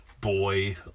boy